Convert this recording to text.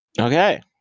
Okay